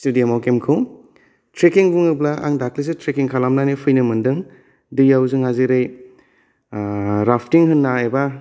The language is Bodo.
ष्टेडियामआव गेमखौ ट्रेकिं बुङोब्ला आं दाख्लैसो ट्रेकिं खालामनानै फैनो मोनदों दैआव जोंहा जेरै राफ्थिं होननाय बा